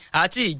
ati